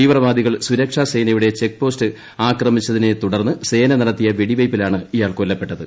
തീവ്രവാദികൾ സുരക്ഷാസേനയുടെ ചെക്ക്പോസ്റ്റ് ആക്രമിച്ചതിനെത്തുടർന്ന് സേന നടത്തിയ വെടിവയ്പ്പിലാണ് ഇയാൾ കൊല്ലപ്പെട്ടത്